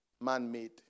man-made